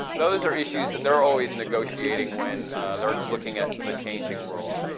those are issues that they're always negotiating when they're looking at the changing world,